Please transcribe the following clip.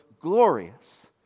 glorious